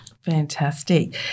Fantastic